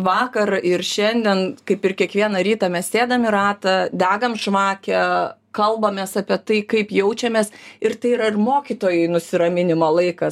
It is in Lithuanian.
vakar ir šiandien kaip ir kiekvieną rytą mes sėdam į ratą degam žvakę kalbamės apie tai kaip jaučiamės ir tai yra ir mokytojai nusiraminimo laikas